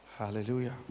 hallelujah